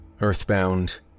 Earthbound